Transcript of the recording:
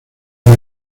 las